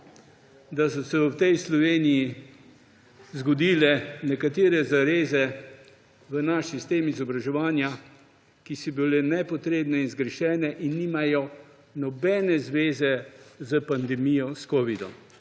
da so se v tej Sloveniji zgodile nekatere zareze v našem sistemu izobraževanja, ki so bile nepotrebne in zgrešene in nimajo nobene zveze s pandemijo, s covidom,